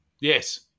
Yes